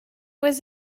was